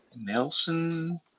Nelson